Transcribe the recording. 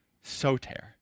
Soter